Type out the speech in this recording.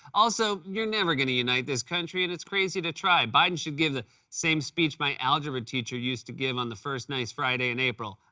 also, you're never going to unite this country, and it's crazy to try. biden should give the same speech my algebra teacher used to give on the first nice friday in april.